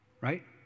Right